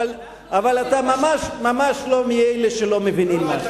אבל אתה ממש לא מאלה שלא מבינים.